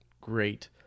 great